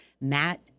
Matt